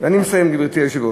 אני מסיים, גברתי היושבת-ראש.